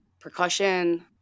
percussion